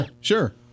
sure